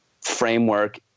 framework